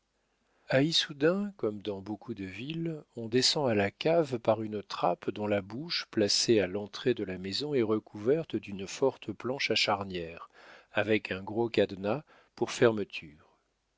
issoudun comme dans beaucoup de villes on descend à la cave par une trappe dont la bouche placée à l'entrée de la maison est recouverte d'une forte planche à charnières avec un gros cadenas pour fermeture